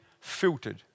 filtered